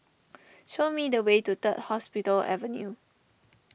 show me the way to Third Hospital Avenue